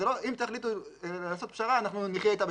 זה לא 'אם תחליטו לעשות פשרה אנחנו נחיה איתה בשלום',